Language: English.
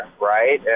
right